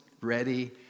ready